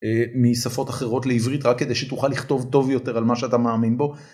משפות אחרות לעברית רק כדי שתוכל לכתוב טוב יותר על מה שאתה מאמין בו.